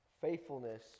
faithfulness